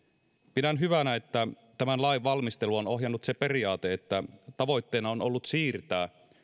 pidän hyvänä että tämän lain valmistelua on ohjannut se periaate että tavoitteena on ollut siirtää